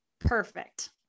perfect